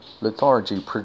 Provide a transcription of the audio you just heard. lethargy